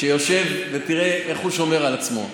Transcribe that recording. שיושב ותראה איך הוא שומר על עצמו.